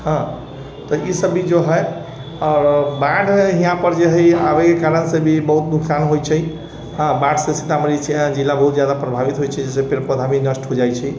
हँ तऽ इसभ भी जे हय आओर बाढ़ि यहाँपर जे हय आबैके कारणसँ भी बहुत नोकसान होइ छै हँ बाढ़िसँ सीतामढ़ी जिला बहुत जादा प्रभावित होइ छै जाहिसँ पेड़ पौधा भी नष्ट हो जाइ छै